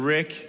Rick